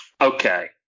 Okay